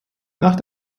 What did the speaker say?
nach